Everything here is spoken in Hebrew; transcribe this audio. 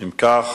אם כך,